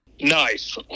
Nice